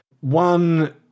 One